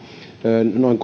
noin